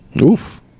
Oof